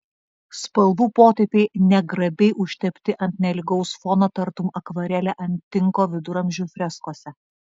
spalvų potėpiai negrabiai užtepti ant nelygaus fono tartum akvarelė ant tinko viduramžių freskose